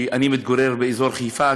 אני מתגורר באזור חיפה,